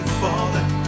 falling